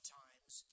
times